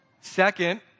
Second